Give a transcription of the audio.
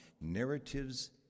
narratives